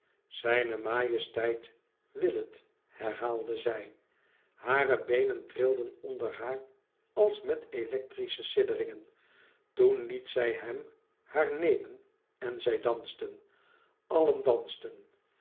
zijne majesteit wil het herhaalde zij hare beenen trilden onder haar als met electrische sidderingen toen liet zij hem haar nemen en zij dansten allen dansten